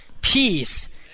peace